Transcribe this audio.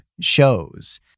shows